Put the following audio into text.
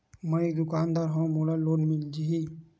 मै एक दुकानदार हवय मोला लोन मिल जाही?